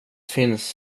finns